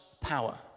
power